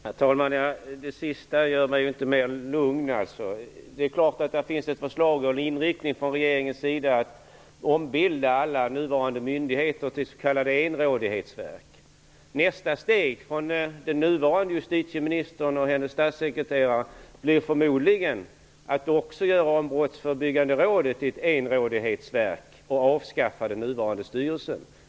Herr talman! Det sistnämnda gör mig inte mera lugn. Det är klart att det finns ett förslag och en inriktning från regeringens sida om att ombilda alla nuvarande myndigheter till s.k. enrådighetsverk. Nästa steg från den nuvarande justitieministern och hennes statssekreterare blir förmodligen att också göra om Brottsförebyggande rådet till ett enrådighetsverk och att avskaffa den nuvarande styrelsen.